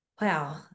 wow